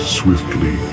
swiftly